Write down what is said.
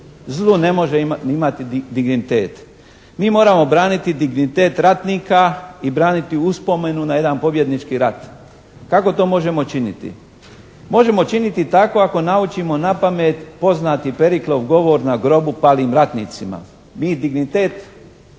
Zlo ne može imati dignitet. Mi moramo braniti dignitet ratnika i braniti uspomenu na jedan pobjednički rat. Kako to možemo činiti? Možemo činiti tako, ako naučimo napamet poznati Periklov govor na grobu palim ratnicima. Mi dignitet